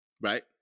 right